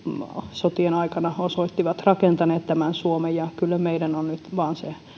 sotien aikana osoittivat rakentaneet tämän suomen ja kyllä meidän on nyt vain se